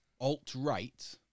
alt-right